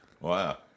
Wow